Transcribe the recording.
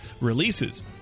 releases